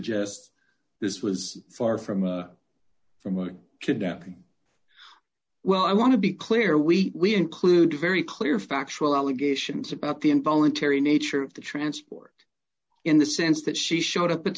suggests this was far from a from a kidnapping well i want to be clear week we include very clear factual allegations about the involuntary nature of the transport in the sense that she showed up at